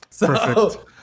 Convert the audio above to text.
Perfect